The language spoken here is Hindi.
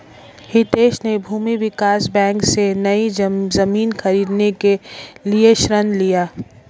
हितेश ने भूमि विकास बैंक से, नई जमीन खरीदने के लिए ऋण लिया